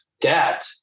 debt